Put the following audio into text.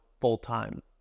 full-time